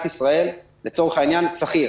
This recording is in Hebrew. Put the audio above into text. לצורך העניין שכיר